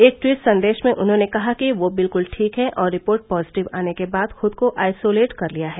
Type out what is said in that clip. एक ट्वीट संदेश में उन्होंने कहा कि वह बिल्कुल ठीक हैं और रिपोर्ट पॉजिटिव आने के बाद खुद को आइसोलेट कर लिया है